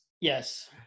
Yes